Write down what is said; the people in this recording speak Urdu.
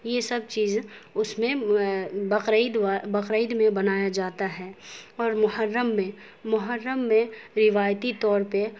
یہ سب چیز اس میں بقرعید و بقرعید میں بنایا جاتا ہے اور محرم میں محرم میں روایتی طور پہ